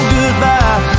goodbye